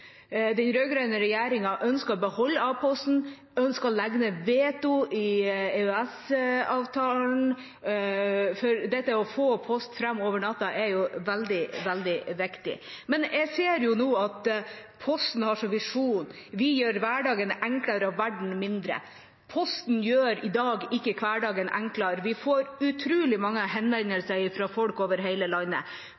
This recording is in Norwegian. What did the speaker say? Den rød-grønne regjeringa ønsket å beholde A-posten, ønsket å legge ned veto i forbindelse med EØS-avtalen, for det å få fram post over natta er veldig viktig. Men jeg ser nå at Posten har som visjon: «Vi gjør hverdagen enklere og verden mindre.» Posten gjør i dag ikke hverdagen enklere. Vi får utrolig mange